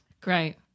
Great